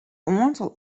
oantal